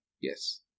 Yes